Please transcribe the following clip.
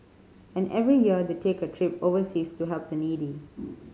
and every year they take a trip overseas to help the needy